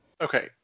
Okay